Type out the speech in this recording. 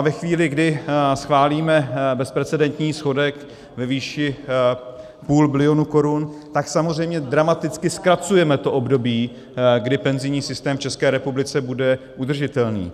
Ve chvíli, kdy schválíme bezprecedentní schodek ve výši půl bilionu korun, tak samozřejmě dramaticky zkracujeme to období, kdy penzijní systém v České republice bude udržitelný.